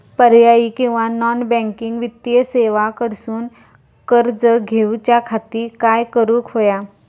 पर्यायी किंवा non banking वित्तीय सेवा कडसून कर्ज घेऊच्या खाती काय करुक होया?